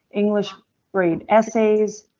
english grade essays.